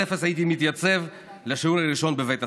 וב-08:00 הייתי מתייצב לשיעור הראשון בבית הספר.